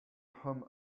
him